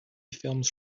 films